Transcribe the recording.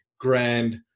grand